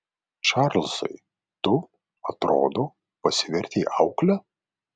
čarlzai tu atrodo pasivertei aukle